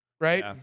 right